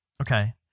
Okay